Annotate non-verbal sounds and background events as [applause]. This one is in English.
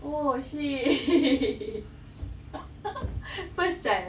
oh shit [laughs] first child